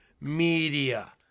Media